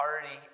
already